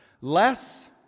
Less